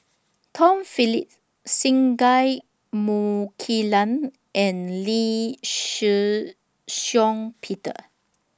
Tom Phillips Singai Mukilan and Lee Shih Shiong Peter